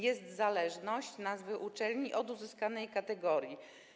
Jest zależność nazwy uczelni od uzyskanej kategorii.